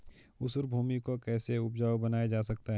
ऊसर भूमि को कैसे उपजाऊ बनाया जा सकता है?